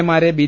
A മാരെ B